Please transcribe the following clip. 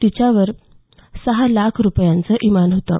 तिच्यावर सहा लाख रुपयांचं इनाम होतं